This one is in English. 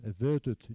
averted